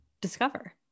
Discover